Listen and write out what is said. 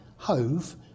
Hove